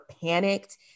panicked